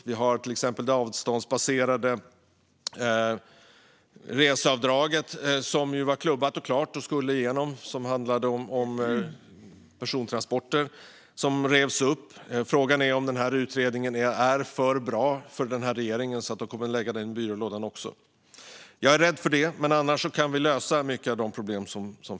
Vi har till exempel det avståndsbaserade reseavdraget, som var klubbat och klart och skulle gå igenom och som handlade om persontransporter. Det revs upp. Frågan är om utredningen är för bra för denna regering så att de lägger den också i byrålådan. Jag är rädd för det, men annars kan vi lösa många av de problem som finns.